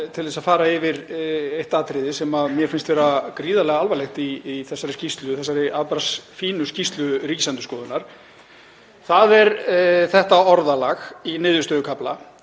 til að fara yfir eitt atriði sem mér finnst vera gríðarlega alvarlegt í þessari skýrslu, þessari annars fínu skýrslu Ríkisendurskoðunar. Það er þetta orðalag í niðurstöðukafla: